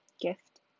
gift